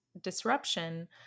disruption